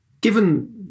given